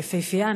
יפהפייה,